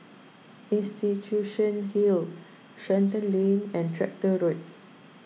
Institution Hill Shenton Lane and Tractor Road